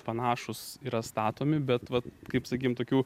panašūs yra statomi bet kaip sakykim tokių